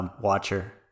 watcher